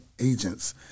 agents